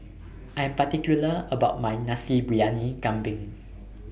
I Am particular about My Nasi Briyani Kambing